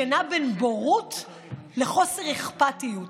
שנע בין בורות לחוסר אכפתיות.